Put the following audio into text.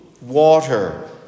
water